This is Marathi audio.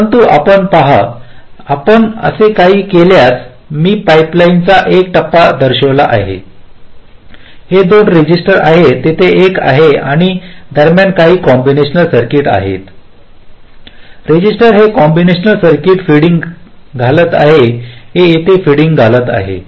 परंतु आपण पहा आपण असे काही केल्यास मी पाइपलाइनचा एक टप्पा दर्शवित आहे हे दोन रजिस्टर आहेत तिथे अधिक आहेत आणि या दरम्यान काही कॉम्बिनेशनल सर्किट आहे रजिस्टर हे कॉम्बिनेशनल सर्किट फीडिंग घालत आहे हे येथे फीडिंग घालत आहे